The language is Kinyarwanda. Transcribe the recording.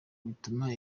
bituma